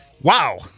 wow